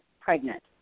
pregnant